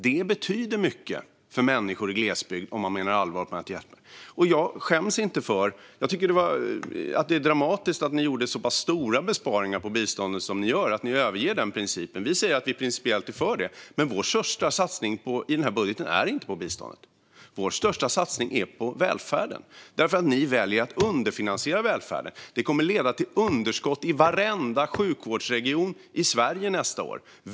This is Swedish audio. Det betyder mycket för människor i glesbygd, om man menar allvar med att hjälpa. Jag tycker att det är dramatiskt att regeringen gör så stora besparingar på biståndet. Ni överger den principen. Vi säger att vi principiellt är för den, men vår största satsning i den här budgeten är inte på biståndet. Vår största satsning är på välfärden. Ni väljer att underfinansiera välfärden. Det kommer att leda till underskott i varenda sjukvårdsregion i Sverige nästa år.